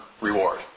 reward